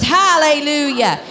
hallelujah